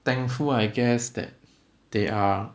thankful I guess that they are